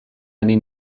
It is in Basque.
ari